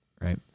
right